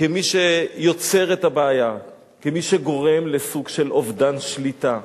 מה שיוצר את הבעיה, מה שגורם לסוג של אובדן שליטה.